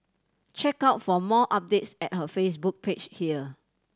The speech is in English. check out for more updates at her Facebook page here